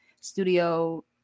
studio